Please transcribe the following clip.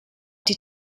die